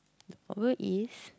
problem is